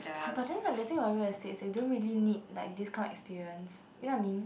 but then the thing about real estate they don't really need like this kind of experience you know what I mean